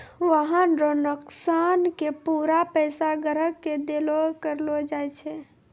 वाहन रो नोकसान के पूरा पैसा ग्राहक के देलो करलो जाय छै